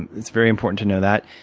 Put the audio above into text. and it's very important to know that.